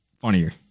funnier